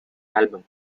album